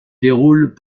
déroulent